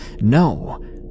no